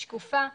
שקופה,